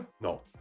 No